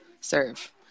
serve